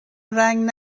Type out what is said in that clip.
رنگ